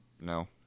No